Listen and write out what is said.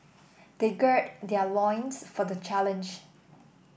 they gird their loins for the challenge